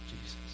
Jesus